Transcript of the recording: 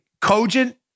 cogent